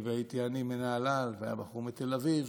הייתי אני מנהלל והיה בחור מתל אביב,